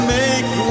make